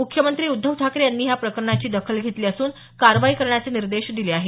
मुख्यमंत्री उद्धव ठाकरे यांनीही या प्रकरणाची दखल घेतली असून कारवाई करण्याचे निर्देश दिले आहेत